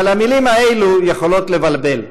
אבל המילים האלו יכולות לבלבל.